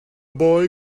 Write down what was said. boy